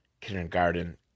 Kindergarten